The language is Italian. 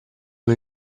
con